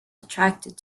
attracted